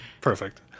Perfect